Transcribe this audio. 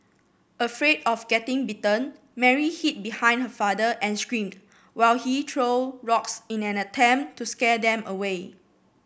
afraid of getting bitten Mary hid behind her father and screamed while he threw rocks in an attempt to scare them away